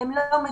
והן לא מדווחות.